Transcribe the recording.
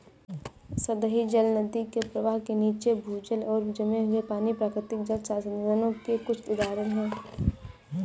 सतही जल, नदी के प्रवाह के नीचे, भूजल और जमे हुए पानी, प्राकृतिक जल संसाधनों के कुछ उदाहरण हैं